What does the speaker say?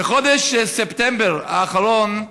בחודש ספטמבר האחרון,